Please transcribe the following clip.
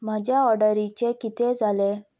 म्हज्या ऑर्डरीचे कितें जालें